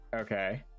Okay